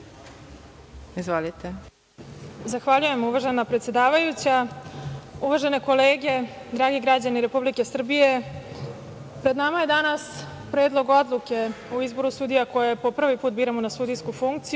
Ocokoljić** Zahvaljujem uvažena predsedavajuća. Uvažene kolege, dragi građani Republike Srbije, pred nama je danas Predlog odluke o izboru sudija koje po prvi put biramo na sudijsku funkciju